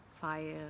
fire